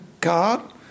God